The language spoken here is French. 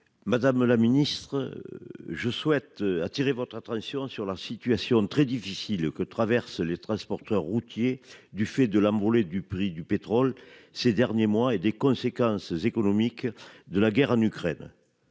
Madame la ministre. Je souhaite attirer votre attention sur la situation très difficile que traversent les transporteurs routiers, du fait de l'envolée du prix du pétrole ces derniers mois, et des conséquences économiques de la guerre en Ukraine.